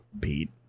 Pete